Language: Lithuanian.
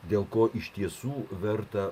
dėl ko iš tiesų verta